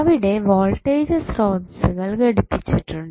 അവിടെ വോൾട്ടേജ് സ്രോതസ്സുകൾ ഘടിപ്പിച്ചിട്ടുണ്ട്